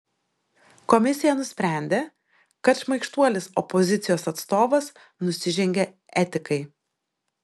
komisija nusprendė kad šmaikštuolis opozicijos atstovas nusižengė etikai